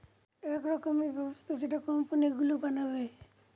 এক রকমের ব্যবস্থা যেটা কোম্পানি গুলো বানাবে